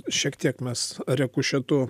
šiek tiek mes rikošetu